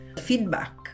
feedback